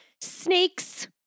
snakes